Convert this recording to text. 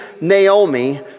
Naomi